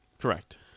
Correct